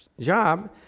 job